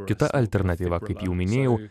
kita alternatyva kaip jau minėjau